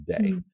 day